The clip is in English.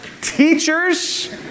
Teachers